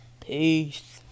Peace